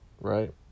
right